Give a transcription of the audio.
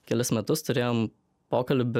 kelis metus turėjom pokalbį